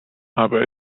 aber